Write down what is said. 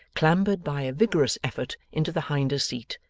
clambered by a vigorous effort into the hinder seat,